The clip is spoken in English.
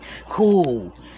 cool